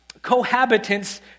cohabitants